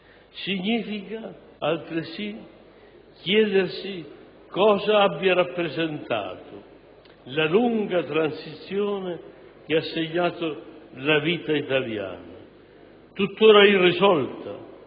Significa altresì chiedersi cosa abbia rappresentato la lunga transizione che ha segnato la vita italiana, tuttora irrisolta,